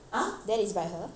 that is by her